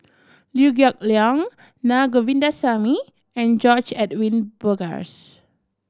Liew Geok Leong Naa Govindasamy and George Edwin Bogaars